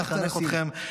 לחתור לסיום.